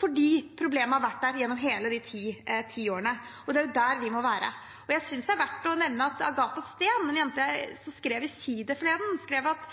fordi problemet har vært der gjennom alle de ti årene. Det er jo der vi må være. Jeg synes det er verdt å nevne at Agathe Steen, en jente som skrev i Si ;D forleden, skrev at